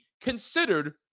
considered